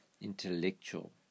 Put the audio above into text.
intellectual